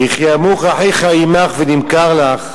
וכי ימוך אחיך עמך ונמכר לך